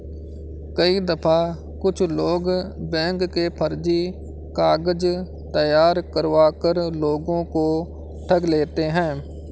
कई दफा कुछ लोग बैंक के फर्जी कागज तैयार करवा कर लोगों को ठग लेते हैं